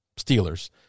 Steelers